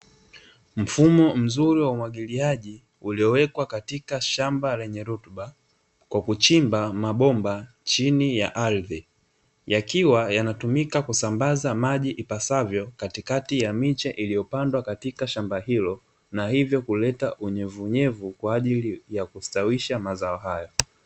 Mfumo mzuri wa umwagiliaji, uliowekwa katika shamba lenye rutuba kwa kuchimba mabomba chini ya ardhi, yakiwa yanatumika kusambaza maji ipasavyo katikati ya miche iliyopandwa katika shamba hilo, na hivyo kuleta unyevunyevu kwa ajili ya kustawisha mazao hayo.